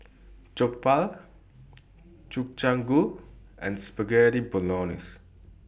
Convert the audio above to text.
Jokbal Gobchang Gui and Spaghetti Bolognese